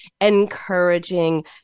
encouraging